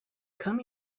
come